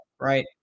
right